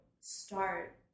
start